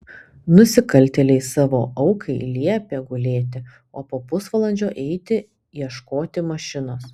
nusikaltėliai savo aukai liepė gulėti o po pusvalandžio eiti ieškoti mašinos